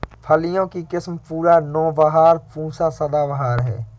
फलियों की किस्म पूसा नौबहार, पूसा सदाबहार है